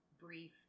brief